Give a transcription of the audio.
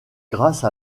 grâce